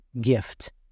gift